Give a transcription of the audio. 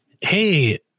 Hey